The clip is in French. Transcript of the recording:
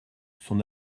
son